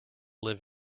live